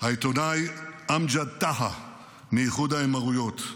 העיתונאי אמג'ד טאהא מאיחוד האמירויות.